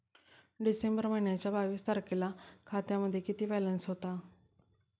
डिसेंबर महिन्याच्या बावीस तारखेला खात्यामध्ये किती बॅलन्स होता?